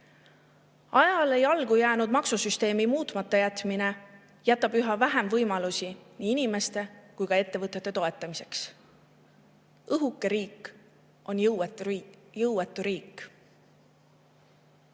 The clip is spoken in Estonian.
Ajale jalgu jäänud maksusüsteemi muutmata jätmine jätab üha vähem võimalusi nii inimeste kui ka ettevõtete toetamiseks. Õhuke riik on jõuetu riik.